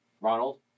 Ronald